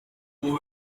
who